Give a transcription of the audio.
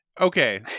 Okay